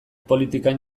politikan